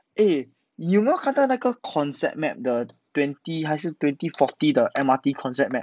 eh 你有没有看到那个 concept map 的 twenty 还是 twenty forty 的 M_R_T concept map